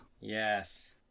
Yes